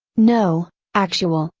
no, actual,